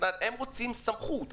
הם רוצים סמכות,